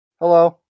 Hello